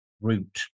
route